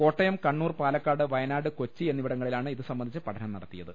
കോട്ടയം കണ്ണൂർ പാലക്കാട് വയനാട് കൊച്ചി എന്നിവിടങ്ങളി ലാണ് ഇതുസംബന്ധിച്ച് പഠനം നടത്തിയത്